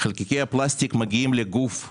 חלקיקי הפלסטיק, מגיעים לגוף שלנו,